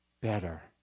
better